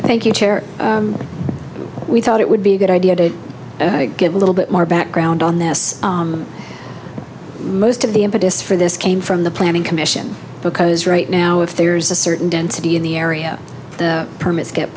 thank you chair we thought it would be a good idea to give a little bit more background on this most of the impetus for this came from the planning commission because right now if there's a certain density in the area the permits get